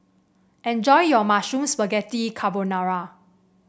enjoy your Mushroom Spaghetti Carbonara